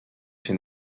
się